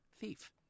thief